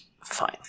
fine